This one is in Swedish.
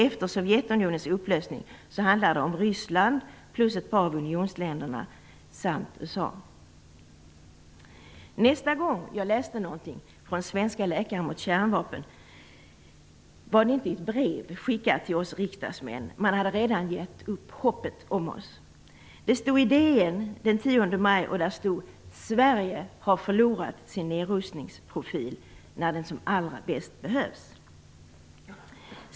Efter Sovjetunionens upplösning handlar det om Ryssland plus ett par av unionsländerna samt USA. Nästa gång jag läste något från Svenska läkare mot kärnvapen var det inte i ett brev skickat till oss riksdagsmän. Man hade redan gett upp hoppet om oss. Det stod i DN den 10 maj: Sverige har förlorat sin nedrustningsprofil när den som allra bäst behövs.